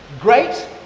great